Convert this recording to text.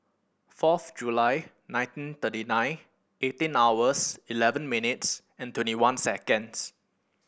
fourth July nineteen thirty nine eighteen hours eleven minutes and twenty one seconds